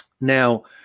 Now